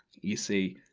you see,